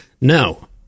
no